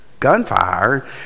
gunfire